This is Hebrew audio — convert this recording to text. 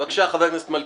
בבקשה, חבר הכנסת מלכיאלי.